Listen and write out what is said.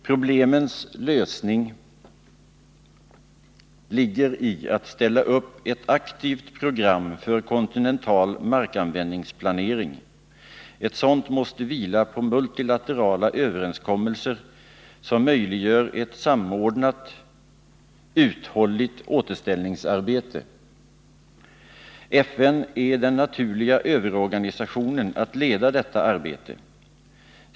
Problemens lösning ligger i att ställa upp ett aktivt program för kontinental markanvändningsplanering. Ett sådant måste vila på multilaterala överenskommelser, som möjliggör ett samordnat, uthålligt återställningsarbete. FN är den naturliga överorganisationen när det gäller att leda detta arbete.